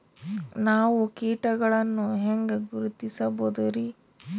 ನಾವು ಕೀಟಗಳನ್ನು ಹೆಂಗ ಗುರುತಿಸಬೋದರಿ?